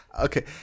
Okay